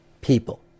people